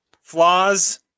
Flaws